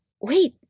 Wait